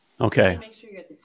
Okay